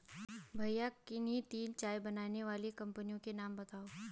भैया किन्ही तीन चाय बनाने वाली कंपनियों के नाम बताओ?